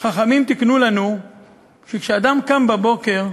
חכמים תיקנו לנו שכשאדם קם בבוקר,